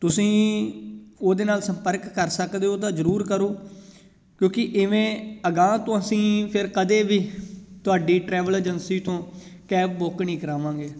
ਤੁਸੀਂ ਉਹਦੇ ਨਾਲ ਸੰਪਰਕ ਕਰ ਸਕਦੇ ਹੋ ਤਾਂ ਜ਼ਰੂਰ ਕਰੋ ਕਿਉਂਕਿ ਇਵੇਂ ਅਗਾਂਹ ਤੋਂ ਅਸੀਂ ਫਿਰ ਕਦੇ ਵੀ ਤੁਹਾਡੀ ਟਰੈਵਲ ਏਜੰਸੀ ਤੋਂ ਕੈਬ ਬੁੱਕ ਨਹੀਂ ਕਰਾਵਾਂਗੇ